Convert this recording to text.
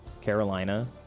Carolina